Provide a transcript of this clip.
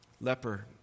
leper